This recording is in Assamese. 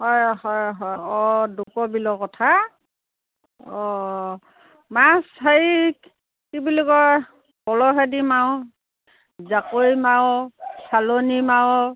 হয় হয় হয় দীপৰ বিলৰ কথা মাছ সেই কি বুলি কয় পলহেদি মাৰোঁ জাকৈ মাৰোঁ চালনী মাৰোঁ